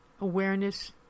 Awareness